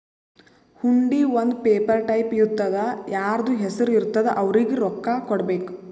ಹುಂಡಿ ಒಂದ್ paper type ಇರ್ತುದಾ ಯಾರ್ದು ಹೆಸರು ಇರ್ತುದ್ ಅವ್ರಿಗ ರೊಕ್ಕಾ ಕೊಡ್ಬೇಕ್